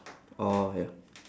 oh ya